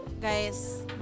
guys